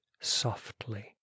softly